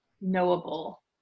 knowable